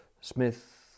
Smith